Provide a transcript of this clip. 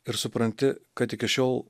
ir supranti kad iki šiol